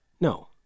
No